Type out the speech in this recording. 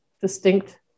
distinct